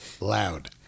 loud